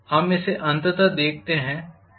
हम इसे अंततः देखते हैं